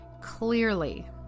clearly